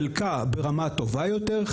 חלקה ברמה טובה יותר,